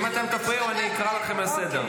אם אתם תפריעו, אני אקרא אתכם לסדר.